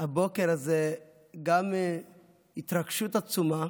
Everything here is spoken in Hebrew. בבוקר הזה גם התרגשות עצומה,